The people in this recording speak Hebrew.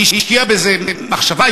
השקיעה בזה מחשבה?